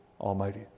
Almighty